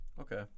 Okay